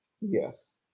Yes